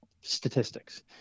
statistics